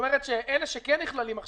היה לכם תיקון לנוסח